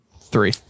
three